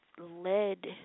lead